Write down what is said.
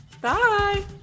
Bye